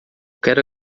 quero